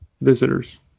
visitors